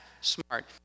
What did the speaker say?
smart